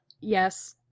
yes